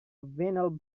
vinyl